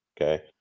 Okay